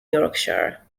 yorkshire